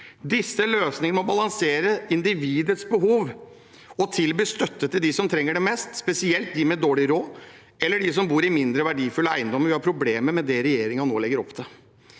Disse løsningene må balansere individets behov og tilby støtte til dem som trenger det mest. Spesielt de med dårlig råd eller de som bor i mindre verdifulle eiendommer, vil ha problemer med det regjeringen nå legger opp til.